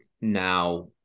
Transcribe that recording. now